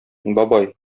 бабай